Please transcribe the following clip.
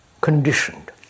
Conditioned